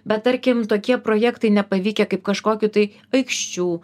bet tarkim tokie projektai nepavykę kaip kažkokių tai aikščių